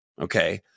Okay